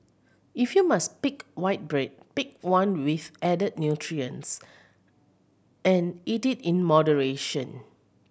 if you must pick white bread pick one with added nutrients and eat it in moderation